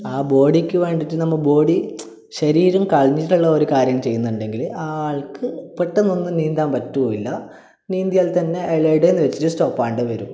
ആ ബോഡിക്ക് വേണ്ടിയിട്ട് നമ്മൾ ബോഡി ശരീരം കളഞ്ഞിട്ടുള്ള ഒരു കാര്യം ചെയ്യുന്നുണ്ടെങ്കിൽ ആ ആൾക്ക് പെട്ടന്ന് ഒന്നും നീന്താൻ പറ്റൂല്ല നീന്തിയാൽ തന്നെ അയാൾ ഇടയിൽനിന്നു വെച്ചിട്ട് സ്റ്റോപ്പ് ആകേണ്ടി വരും